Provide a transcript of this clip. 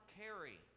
carry